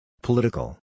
Political